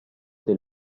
del